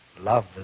love